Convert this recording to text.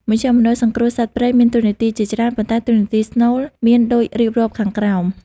មជ្ឈមណ្ឌលសង្គ្រោះសត្វព្រៃមានតួនាទីជាច្រើន ប៉ុន្តែតួនាទីស្នូលមានដូចរៀបរាប់ខាងក្រោម។